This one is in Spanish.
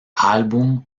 álbum